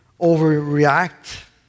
overreact